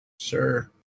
sure